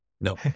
No